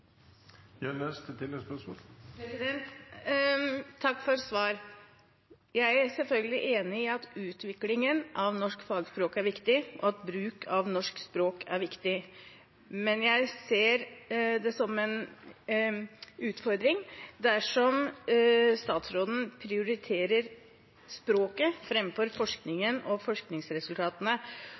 Takk for svaret. Jeg er selvfølgelig enig i at utviklingen av norsk fagspråk er viktig, og at bruk av norsk språk er viktig, men jeg ser det som en utfordring dersom statsråden prioriterer språket framfor forskning og